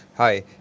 Hi